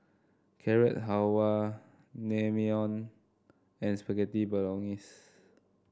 Carrot Halwa Naengmyeon and Spaghetti Bolognese